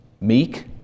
Meek